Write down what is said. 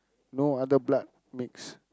no other blood mix